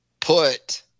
put